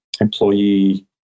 employee